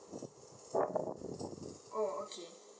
oh okay